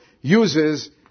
uses